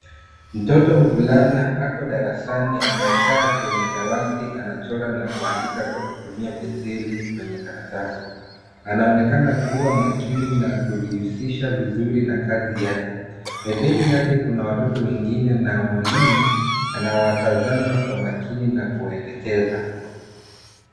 Mtoto mvulana ako darasani amekaa kwenye dawati anachora na kuandika kwa kutumia penseli kwenye karatasi. Anaonekana kuwa makini na kujihusisha vizuri na kazi yake. Pembeni yake kuna watoto wengine na mwalimu anawatazama kwa makini na kuwaeleza.